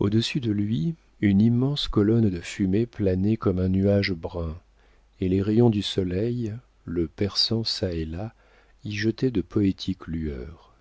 au-dessus de lui une immense colonne de fumée planait comme un nuage brun et les rayons du soleil le perçant çà et là y jetaient de poétiques lueurs